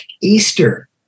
easter